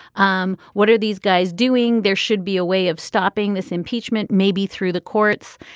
um what are these guys doing. there should be a way of stopping this impeachment maybe through the courts.